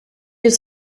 has